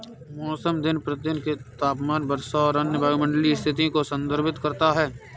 मौसम दिन प्रतिदिन के तापमान, वर्षा और अन्य वायुमंडलीय स्थितियों को संदर्भित करता है